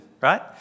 right